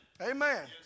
Amen